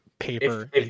paper